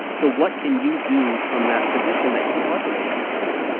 so what can you do from that position that he wasn't able to do?